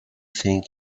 think